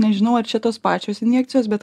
nežinau ar šitos pačios injekcijos bet